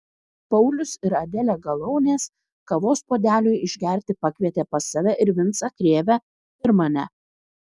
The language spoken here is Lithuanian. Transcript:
paulius ir adelė galaunės kavos puodeliui išgerti pakvietė pas save ir vincą krėvę ir mane